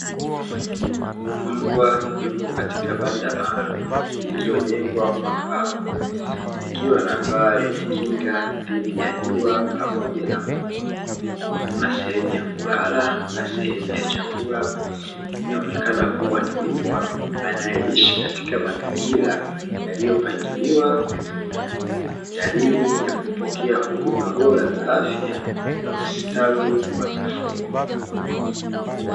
Mbwa yupo katika banda maalumu, lililojengwa kwa mbao, likiwa na paa lenye kinga dhidi ya juapamoja na mvua, kuna sehemu ya kulala na sehemu ya chakula. Inaonekana kuwa ni mbwa anayeishi katika mazingira yaliyopangiliwa vizuri. Dalili ya kupokea huduma bora za afya na ustawi wa mifugo.